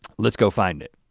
let's go find it.